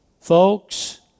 Folks